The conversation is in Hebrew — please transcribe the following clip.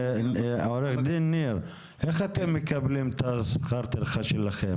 עו"ד ניר, איך אתם מקבלים את שכר הטרחה שלכם?